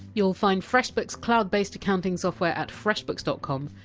you! ll find freshbooks! cloud-based accounting software at freshbooks dot com,